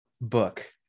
book